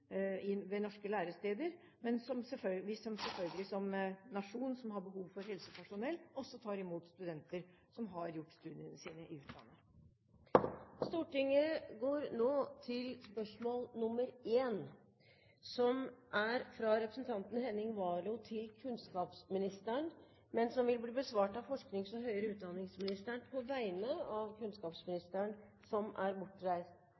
ved norske læresteder. Men som en nasjon som har behov for helsepersonell, tar vi også imot dem som har studert i utlandet. Stortinget går nå til spørsmål 1. Dette spørsmålet, fra representanten Henning Warloe til kunnskapsministeren, vil bli besvart av forsknings- og høyere utdanningsministeren på vegne av kunnskapsministeren, som er bortreist.